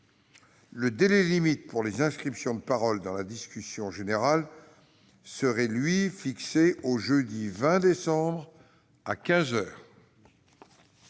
Le délai limite pour les inscriptions de parole dans la discussion générale serait, lui, fixé au jeudi 20 décembre, à